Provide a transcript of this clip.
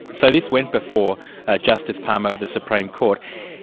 so this went before justice palmer of the supreme court,